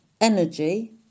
energy